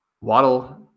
Waddle